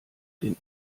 den